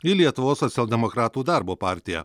į lietuvos socialdemokratų darbo partiją